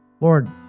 Lord